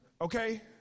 Okay